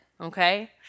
okay